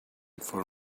for